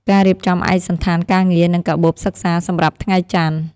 ការរៀបចំឯកសណ្ឋានការងារ និងកាបូបសិក្សាសម្រាប់ថ្ងៃច័ន្ទ។